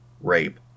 rape